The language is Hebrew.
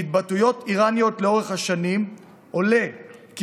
מהתבטאויות איראניות לאורך השנים עולה כי